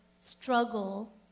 struggle